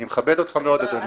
אני מכבד אותך מאוד, אדוני.